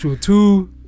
two